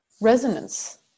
resonance